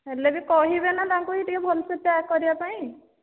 ହେଲେ ବି କହିବେ ନା ତାଙ୍କୁ ହିଁ ଟିକେ ଭଲ ସେ ପ୍ୟାକ୍ କରିବା ପାଇଁ